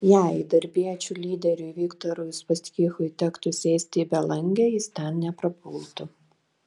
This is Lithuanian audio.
jei darbiečių lyderiui viktorui uspaskichui tektų sėsti į belangę jis ten neprapultų